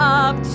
up